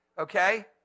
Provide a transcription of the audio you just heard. okay